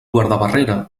guardabarrera